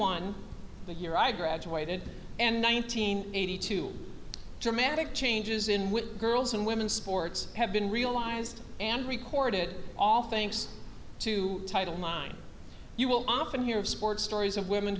the year i graduated and nineteen eighty two dramatic changes in which girls and women's sports have been realized and recorded all thanks to title nine you will often hear of sports stories of women